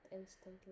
instantly